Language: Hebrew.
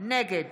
נגד